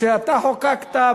שאתה חוקקת,